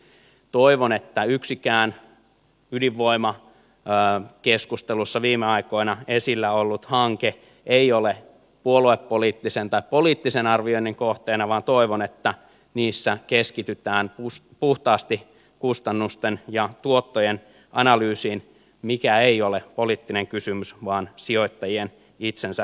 toivon että yksikään ydinvoimakeskustelussa viime aikoina esillä ollut hanke ei ole puoluepoliittisen tai poliittisen arvioinnin kohteena vaan toivon että niissä keskitytään puhtaasti kustannusten ja tuottojen analyysiin mikä ei ole poliittinen kysymys vaan sijoittajien itsensä arvioitavissa